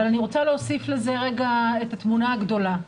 אני רוצה להוסיף לזה את התמונה הגדולה.